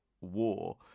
war